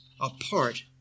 apart